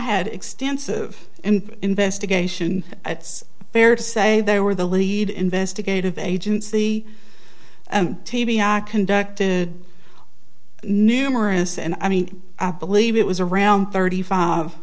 had extensive and investigation it's fair to say they were the lead investigative agency t b i conducted numerous and i mean i believe it was around thirty five